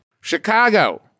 Chicago